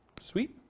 Sweet